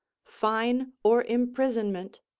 fine or imprisonment,